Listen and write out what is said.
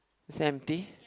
is empty